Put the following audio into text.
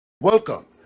Welcome